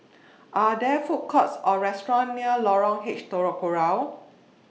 Are There Food Courts Or restaurants near Lorong H Telok Kurau